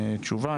תשובה.